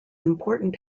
important